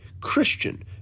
Christian